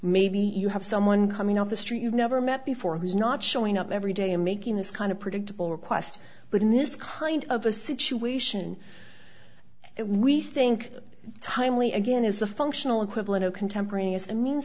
maybe you have someone coming up the street you've never met before who's not showing up every day and making this kind of predictable request but in this kind of a situation and we think timely again is the functional equivalent of contemporaneous and mean